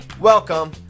Welcome